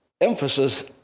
emphasis